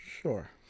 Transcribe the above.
Sure